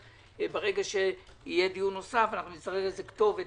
כאשר יהיה דיון נוסף אנחנו נצטרך איזו כתובת